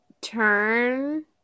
turn